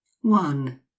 one